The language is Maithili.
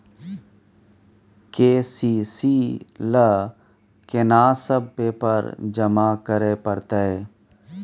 के.सी.सी ल केना सब पेपर जमा करै परतै?